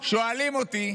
שואלים אותי,